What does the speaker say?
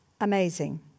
amazing